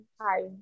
hi